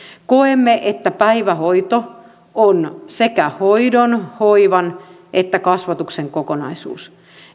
koemme että päivähoito on sekä hoidon hoivan että kasvatuksen kokonaisuus